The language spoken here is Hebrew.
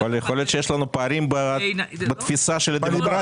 יכול להיות שיש לנו פערים בתפיסה של הדמוקרטיה.